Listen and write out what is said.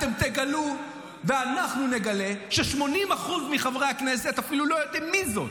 אתם תגלו ואנחנו נגלה ש-80% מחברי הכנסת אפילו לא יודעים מי זאת.